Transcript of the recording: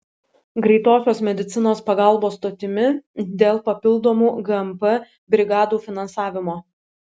greitosios medicinos pagalbos stotimi dėl papildomų gmp brigadų finansavimo